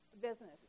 business